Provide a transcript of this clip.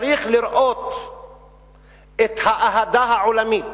צריך לראות את האהדה העולמית